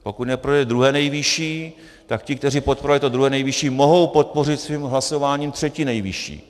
Pokud neprojde druhé nejvyšší, tak ti, kteří podporovali to druhé nejvyšší, mohou podpořit svým hlasováním třetí nejvyšší.